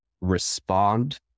respond